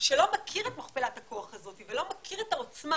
שלא מכיר את מכפלת הכוח הזו ולא מכיר את העוצמה